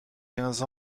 quinze